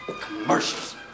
Commercials